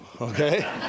okay